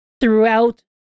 throughout